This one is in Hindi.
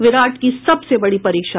विराट की सबसे बड़ी परीक्षा